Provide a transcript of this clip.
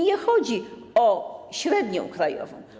Nie chodzi o średnią krajową.